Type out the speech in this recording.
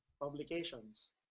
Publications